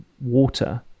water